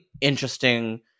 interesting